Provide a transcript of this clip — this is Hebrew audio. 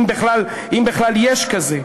אם בכלל יש כזה.